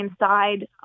inside